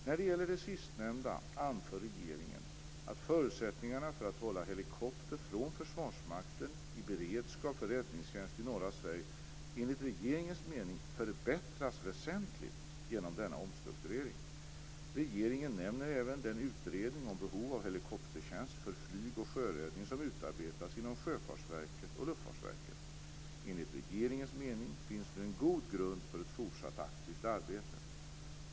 När det gäller det sistnämnda anför regeringen att förutsättningarna för att hålla helikopter från Försvarsmakten i beredskap för räddningstjänst i norra Sverige, enligt regeringens mening, förbättrats väsentligt genom denna omstrukturering. Regeringen nämner även den utredning om behov av helikoptertjänst för flyg och sjöräddning som utarbetats inom Sjöfartsverket och Luftfartsverket. Enligt regeringens mening finns nu en god grund för ett fortsatt aktivt arbete.